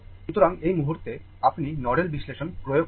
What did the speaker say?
সুতরাং এই মুহুর্তে আপনি নোডাল বিশ্লেষণ প্রয়োগ করুন